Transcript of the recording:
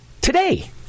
Today